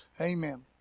Amen